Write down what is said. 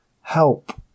help